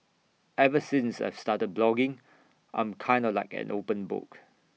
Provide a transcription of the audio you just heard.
ever since I've started blogging I'm kinda like an open book